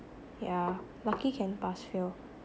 yeah lucky can pass fail